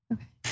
Okay